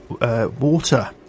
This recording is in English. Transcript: water